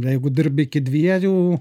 jeigu dirbi iki dviejų